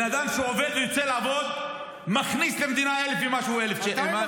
אדם שיוצא לעבוד מכניס למדינה 1,000 ומשהו שקל.